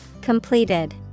Completed